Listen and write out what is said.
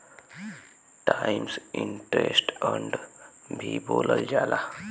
times interest earned भी बोलल जाला